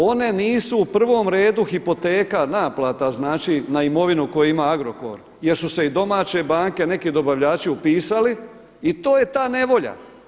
One nisu u prvom redu hipoteka, naplata znači na imovinu koju ima Agrokor jer su se i domaće banke, neki dobavljači upisali i to je ta nevolja.